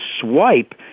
Swipe